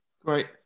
great